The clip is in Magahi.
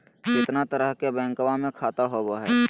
कितना तरह के बैंकवा में खाता होव हई?